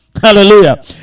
Hallelujah